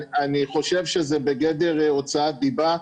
אני חושב שזה בגדר הוצאת דיבה.